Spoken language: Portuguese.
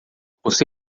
você